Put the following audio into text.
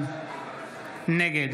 נוכחת שלי טל מירון, נגד